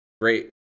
great